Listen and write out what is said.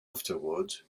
afterwards